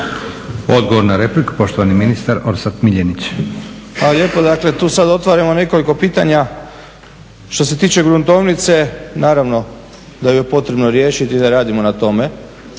Odgovor na repliku, poštovani ministar Orsat Miljenić. **Miljenić, Orsat** Hvala lijepo. Dakle, tu sad otvaramo nekoliko pitanja. Što se tiče gruntovnice naravno da ju je potrebno riješiti i da radimo na tome